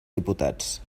diputats